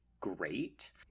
great